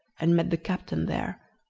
and met the captain there,